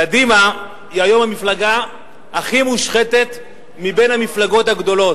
קדימה היא היום המפלגה הכי מושחתת מבין המפלגות הגדולות,